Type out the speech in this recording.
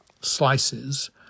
slices